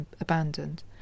abandoned